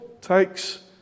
takes